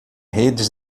redes